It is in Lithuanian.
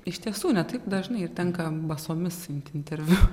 iš tiesų ne taip dažnai ir tenka basomis imti interviu